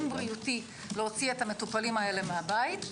בריאותי להוציא את המטופלים האלה מהבית,